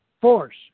force